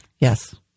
Yes